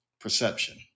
Perception